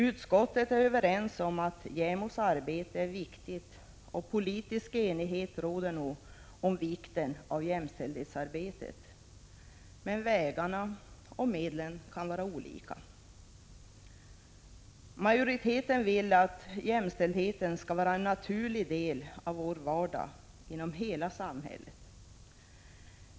Utskottet är överens om att JämO:s arbete är viktigt, och politisk enighet råder om vikten av jämställdhetsarbetet, men uppfattningen om vägarna och medlen kan vara olika. Majoriteten vill att jämställdheten skall vara en naturlig del av vår vardag inom hela samhället.